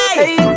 hey